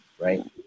Right